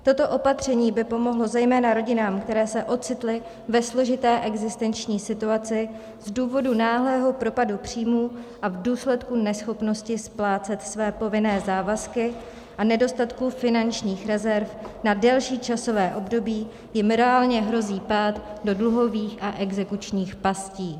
Toto opatření by pomohlo zejména rodinám, které se ocitly ve složité existenční situaci z důvodu náhlého propadu příjmů a v důsledku neschopnosti splácet své povinné závazky a nedostatku finančních rezerv na delší časové období jim reálně hrozí pád do dluhových a exekučních pastí.